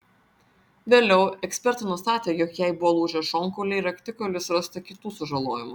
vėliau ekspertai nustatė jog jai buvo lūžę šonkauliai raktikaulis rasta kitų sužalojimų